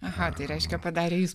aha tai reiškia padarė jis